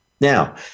now